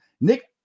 Nick